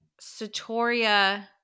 Satoria